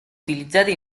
utilizzati